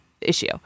issue